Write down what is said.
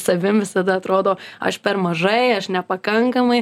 savim visada atrodo aš per mažai aš nepakankamai